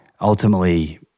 Ultimately